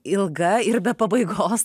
ilga ir be pabaigos